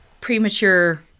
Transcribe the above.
premature